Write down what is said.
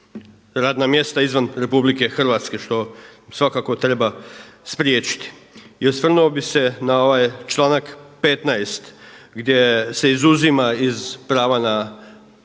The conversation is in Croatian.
radna mjesta izvan RH što svakako treba spriječiti. I osvrnuo bih se na ovaj članak 15. gdje se izuzima iz prava na